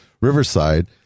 Riverside